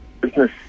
business